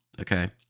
okay